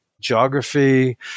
geography